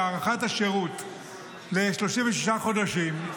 בהארכת השירות ל-36 חודשים.